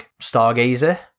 Stargazer